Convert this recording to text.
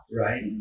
right